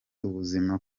ubuzima